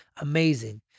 Amazing